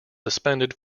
suspended